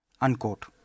unquote